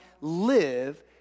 live